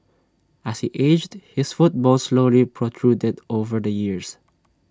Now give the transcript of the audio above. as he aged his foot bone slowly protruded over the years